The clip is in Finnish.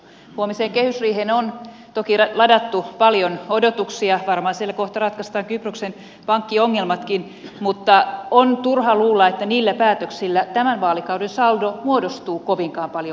huomiseen kehysriiheen on toki ladattu paljon odotuksia varmaan siellä kohta ratkaistaan kyproksen pankkiongelmatkin mutta on turha luulla että niillä päätöksillä tämän vaalikauden saldo muodostuu kovinkaan paljon kummemmaksi